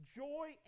joy